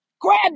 Grab